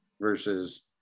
versus